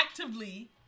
actively